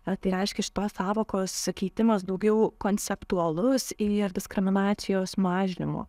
a tai reiškia šitos sąvokos e keitimas daugiau konceptualus į ar diskriminacijos mažinimo